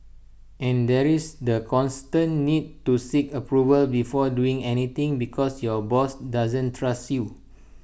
and there is the constant need to seek approval before doing anything because your boss doesn't trust you